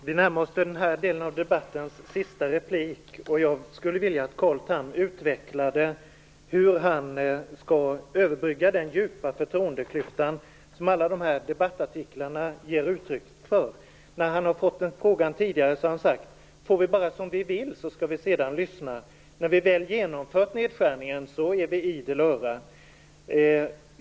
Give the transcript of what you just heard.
Fru talman! Vi närmar oss den sista repliken i den här delen av debatten. Jag skulle vilja att Carl Tham utvecklade hur han skall överbrygga den djupa förtroendeklyfta som alla dessa debattartiklar ger uttryck för. När han har fått frågan tidigare har han sagt: Får vi bara som vi vill, så skall vi sedan lyssna. När vi väl genomfört nedskärningen är vi idel öra.